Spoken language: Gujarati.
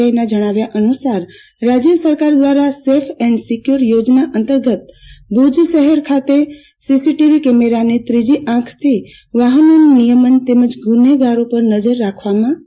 આઈ ના જણાવ્યા અનુસાર રાજ્ય સરકાર દ્વારા સેફ એન્ડ સિક્વોર યોજના અંતર્ગત ભુજ શહેર ખાતે સીસીટીવી કેમેરાની ત્રીજી આંખથી વાહનોનું નિયમન તેમજ ગુન્હેગારો પર નજર રાખવામાં આવશે